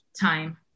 time